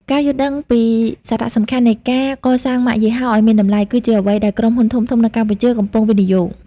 ការយល់ដឹងពីសារៈសំខាន់នៃការកសាងម៉ាកយីហោឱ្យមានតម្លៃ គឺជាអ្វីដែលក្រុមហ៊ុនធំៗនៅកម្ពុជាកំពុងវិនិយោគ។